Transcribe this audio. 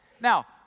Now